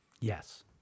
Yes